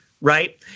right